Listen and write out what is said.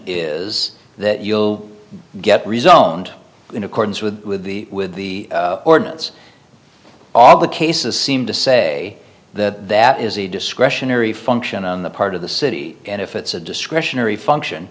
is that you will get rezoned in accordance with the with the ordinance all the cases seem to say that that is a discretionary function on the part of the city and if it's a discretionary function